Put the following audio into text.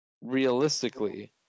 realistically